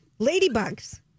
ladybugs